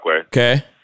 Okay